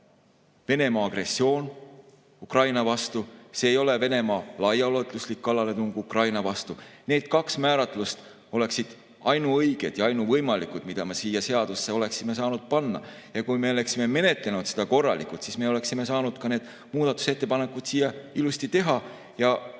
Venemaa agressioon Ukraina vastu, see ei ole Venemaa laiaulatuslik kallaletung Ukraina vastu. Need kaks määratlust oleksid ainuõiged ja ainuvõimalikud, mida me siia seadusesse oleksime saanud panna. Kui me oleksime menetlenud seda korralikult, siis me oleksime saanud ka need muudatusettepanekud siia ilusti teha ja